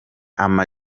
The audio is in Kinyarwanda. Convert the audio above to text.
ama